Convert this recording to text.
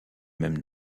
même